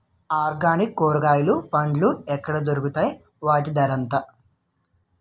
Organic కూరగాయలు పండ్లు ఎక్కడ దొరుకుతాయి? వాటి ధర ఎంత?